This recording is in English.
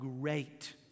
great